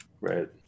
Right